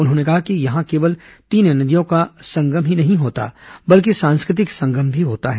उन्होंने कहा कि यहां केवल तीन नदियों का ही संगम नहीं होता बल्कि सांस्कृतिक संगम भी होता है